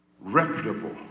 reputable